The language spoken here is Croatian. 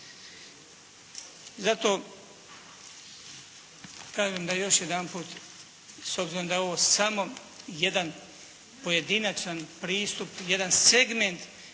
Zato kažem da još jedanput s obzirom da je ovo samo jedan pojedinačan pristup, jedan segment